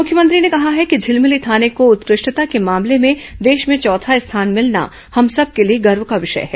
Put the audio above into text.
मुख्यमंत्री ने कहा है कि झिलमिली थाने को उत्कृष्टता के मामले में देश में चौथा स्थान मिलना हम सब के लिए गर्व का विषय है